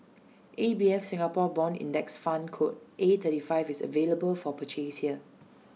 A B F Singapore Bond index fund code A thirty five is available for purchase here